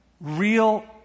real